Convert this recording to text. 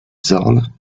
zorn